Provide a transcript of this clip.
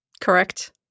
Correct